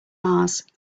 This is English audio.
mars